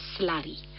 slurry